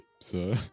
sir